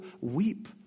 weep